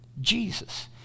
Jesus